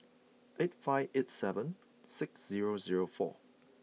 eight five eight seven six zero zero four